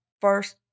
first